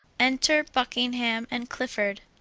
enter buckingham and clifford.